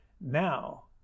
Now